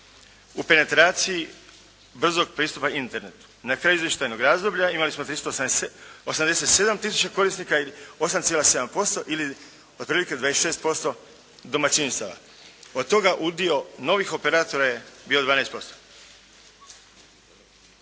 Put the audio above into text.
u penetraciji brzog pristupa Internetu. Na kraju izvještajnog razvoja imali smo 387 tisuća korisnika ili 8,7% ili otprilike 26% domaćinstava. Od toga udio novih operatora je bio 12%.